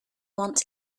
want